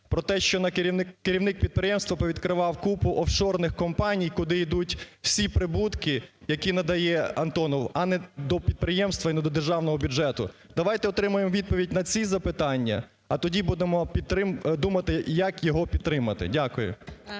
про те, що керівник підприємства повідкривав купу офшорних компаній, куди йдуть всі прибутки, яке надає "Антонов", а не до підприємства і не до Державного бюджету. Давайте отримаємо відповідь на ці запитання, а тоді будемо думати, як його підтримати. Дякую.